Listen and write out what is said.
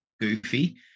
goofy